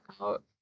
out